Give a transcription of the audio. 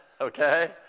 okay